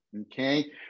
okay